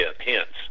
hints